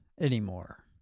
anymore